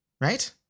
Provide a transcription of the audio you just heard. right